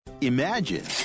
Imagine